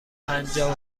پنجاه